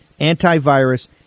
antivirus